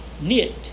knit